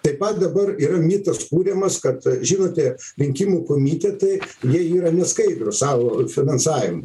taip pat dabar yra mitas kuriamas kad žinote rinkimų komitetai jie yra neskaidrūs savo finansavimu